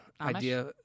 idea